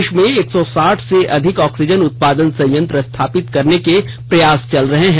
देश में एक सौ साठ से अधिक ऑक्सीजन उत्पादन संयंत्र स्थापित करने के प्रयास चल रहे हैं